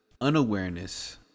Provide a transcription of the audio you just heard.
unawareness